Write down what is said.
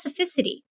specificity